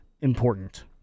important